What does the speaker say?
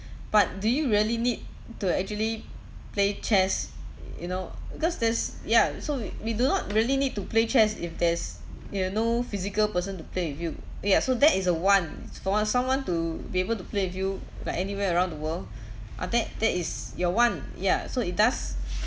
but do you really need to actually play chess you know because that's yeah so we we do not really need to play chess if there's you have no physical person to play with you ya so that is a want for want someone to be able to play with you like anywhere around the world ah that that is your want yeah so it does